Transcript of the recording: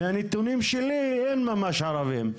מהנתונים שלי אין ממש ערבים,